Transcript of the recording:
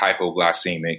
hypoglycemic